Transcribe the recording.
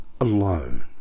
alone